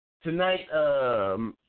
Tonight